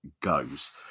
goes